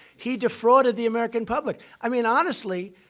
he defrauded the american public. i mean, honestly,